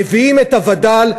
מביאים את הווד"ל,